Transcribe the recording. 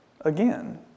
again